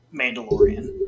Mandalorian